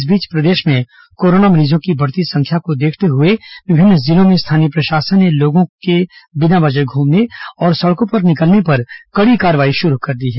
इस बीच प्रदेश में कोरोना मरीजों की बढ़ती संख्या को देखते हुए विभिन्न जिलों में स्थानीय प्रशासन ने लोगों के बिना वजह घूमने और सड़कों पर निकलने पर कड़ी कार्रवाई शुरू कर दी है